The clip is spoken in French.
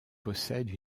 possède